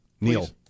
Neil